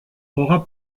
aura